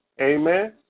Amen